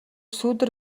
сүүдэр